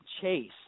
chase